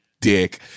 dick